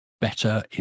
better